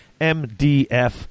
MDF